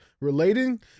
relating